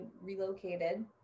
relocated